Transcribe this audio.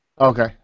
Okay